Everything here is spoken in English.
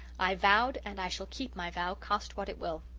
i vowed and i shall keep my vow, cost what it will.